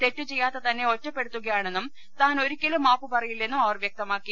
തെറ്റുചെയ്യാത്ത തന്നെ ഒറ്റപ്പെടുത്തുകയാണെന്നും താൻ ഒരിക്കലും മാപ്പുപറയി ല്ലെന്നും അവർ വ്യക്തമാക്കി